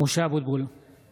(קורא בשמות חברי הכנסת)